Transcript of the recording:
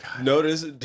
Notice